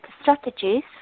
strategies